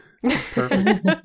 Perfect